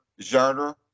genre